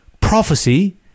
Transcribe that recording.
prophecy